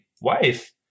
wife